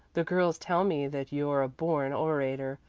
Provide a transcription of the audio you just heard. the girls tell me that you're a born orator,